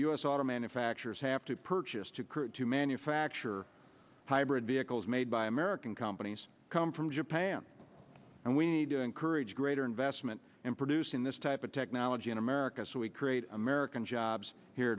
auto manufacturers have to purchase to curb to manufacture hybrid vehicles made by american companies come from japan and we need to encourage greater investment in producing this type of technology in america so we create american jobs here